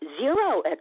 zero